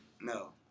No